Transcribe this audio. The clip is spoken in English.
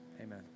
amen